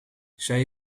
zij